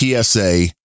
PSA